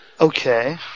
Okay